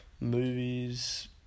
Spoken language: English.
movies